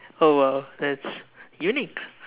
oh !wow! that's unique